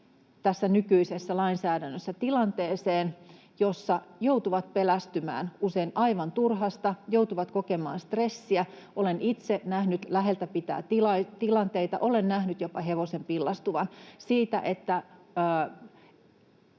tässä nykyisessä lainsäädännössä tilanteeseen, jossa joutuvat pelästymään usein aivan turhaan, joutuvat kokemaan stressiä. Olen itse nähnyt läheltä piti ‑tilanteita, olen nähnyt jopa hevosen pillastuvan siitä, että